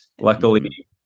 luckily